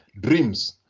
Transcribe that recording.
dreams